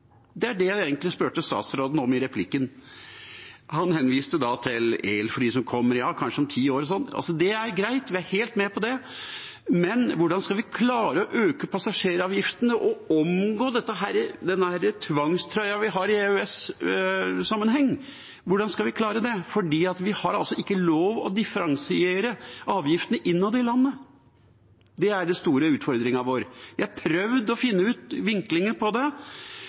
Det var det jeg egentlig spurte statsråden om i replikken. Han henviste da til elfly som kommer. Ja, kanskje om 10 år. Det er greit, vi er helt med på det, men hvordan skal vi klare å øke passasjeravgiftene og omgå denne tvangstrøyen vi har i EØS-sammenheng? Hvordan skal vi klare det? Vi har altså ikke lov til å differensiere avgiftene innad i landet. Det er den store utfordringen vår. Vi har prøvd å finne vinklinger på det,